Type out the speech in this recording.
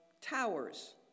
Towers